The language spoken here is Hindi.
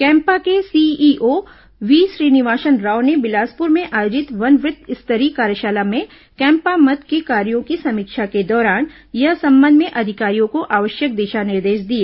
कैम्पा के सीईओ वी श्रीनिवास राव ने बिलासपुर में आयोजित वन वृत्त स्तरीय कार्यशाला में कैम्पा मद के कार्यो की समीक्षा के दौरान इस संबंध में अधिकारियों को आवश्यक दिशा निर्देश दिए